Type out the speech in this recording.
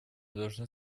должны